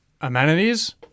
amenities